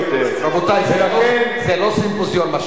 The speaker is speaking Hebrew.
רבותי, זה לא סימפוזיון, מה שקורה כאן.